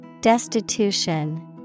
Destitution